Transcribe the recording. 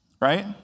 Right